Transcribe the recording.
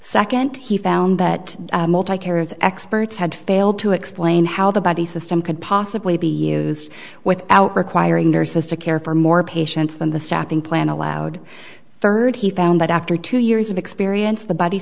second he found that care is experts had failed to explain how the buddy system could possibly be used without requiring nurses to care for more patients than the shopping plan allowed third he found that after two years of experience the buddy